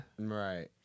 Right